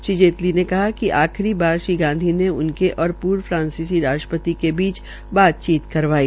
श्री जेटली ने कहा कि आखिरी बार श्री गांधी ने उनके और र्व फ्रांसीसी राष्ट्र ति के बीच बातचीत करवाई